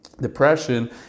depression